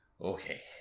Okay